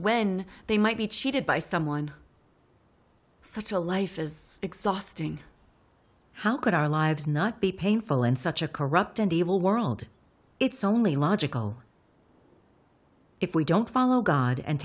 when they might be cheated by someone such a life is exhausting how could our lives not be painful in such a corrupt and evil world it's only logical if we don't follow god and